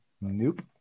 Nope